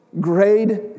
grade